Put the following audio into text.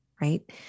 right